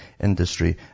industry